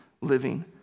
living